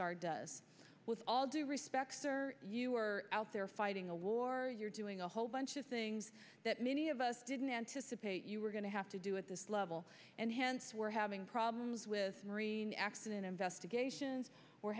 guard does with all due respect sir you are out there fighting a war you're doing a whole bunch of things that many of us didn't anticipate you were going to have to do at this level and hence we're having problems with marine accident investigations we're